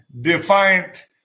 defiant